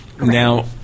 Now